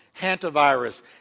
hantavirus